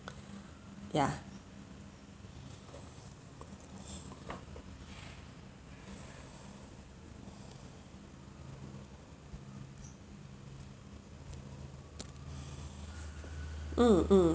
ya mm mm